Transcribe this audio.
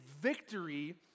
victory